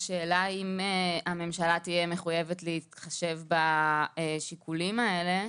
השאלה היא האם הממשלה תהיה מחויבת להתחשב בשיקולים האלה.